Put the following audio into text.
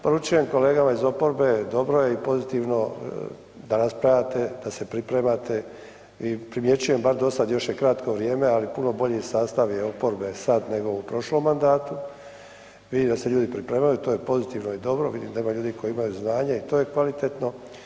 Poručujem kolegama iz oporbe dobro je i pozitivno da raspravljate, da se pripremate i primjećujem bar dosad još je kratko vrijeme, ali puno bolji sastav je oporbe sad nego u prošlom mandatu, vidim da se ljudi pripremaju, to je pozitivno i dobro, vidim da ima ljudi koji imaju znanju i to je kvalitetno.